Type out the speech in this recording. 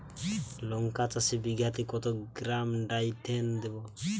লঙ্কা চাষে বিঘাতে কত গ্রাম ডাইথেন দেবো?